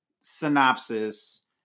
synopsis